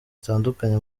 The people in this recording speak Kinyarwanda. hatandukanye